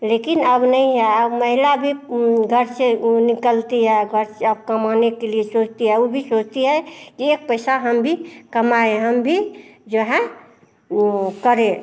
लेकिन अब नहीं है अब महिला भी घर से ऊ निकलती है घर से अब कमाने के लिए सोचती है ऊ भी सोचती है कि एक पैसा हम कमाएँ हम भी जो है करें